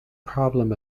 problem